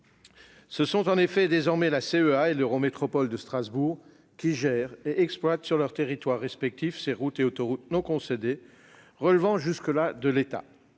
Ce sont en effet désormais la CEA et l'Eurométropole de Strasbourg qui gèrent et exploitent sur leurs territoires respectifs ces routes et autoroutes non concédées. Auparavant, cela relevait de l'État.